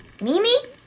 Mimi